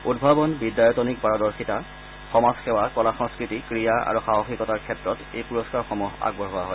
উদ্ভাৱন বিদ্যায়তনিক পাৰদৰ্শিতা সমাজসেৱা কলা সংস্কৃতি ক্ৰীড়া আৰু সাহসিকতাৰ ক্ষেত্ৰত এই পুৰম্বাৰসমূহ আগবঢ়োৱা হয়